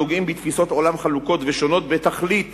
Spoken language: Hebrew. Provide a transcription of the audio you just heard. הנוגעים בתפיסות עולם חלוקות ושונות בתכלית